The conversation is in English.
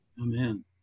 Amen